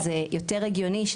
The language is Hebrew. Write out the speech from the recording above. יותר הגיוני,